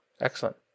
Excellent